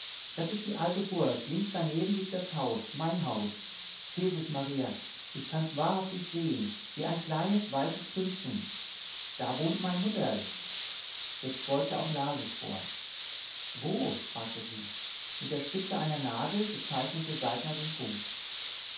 das ist die alte burg links daneben liegt das haus mein haus jesus maria ich kann's wahrhaftig sehen wie ein kleines weißes pünktchen da wohnt mein mutterl jetzt beugte auch la sich vor wo fragte sie mit der spitze einer nadel bezeichnete saltner den punkt